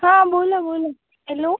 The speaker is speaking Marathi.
हां बोला बोला हॅलो